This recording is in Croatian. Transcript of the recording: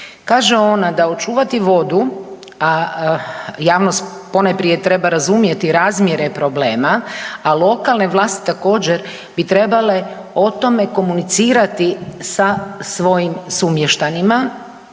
Kaže ona da očuvati vodu, a javnost ponajprije treba razumjeti razmjere problema, a lokalne vlasti također bi trebale o tome komunicirati sa svojim sumještanima,